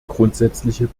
grundsätzliche